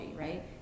right